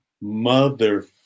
Mother